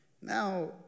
Now